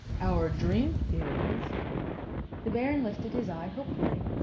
our drink is the baron lifted his eye hopefully.